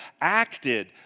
acted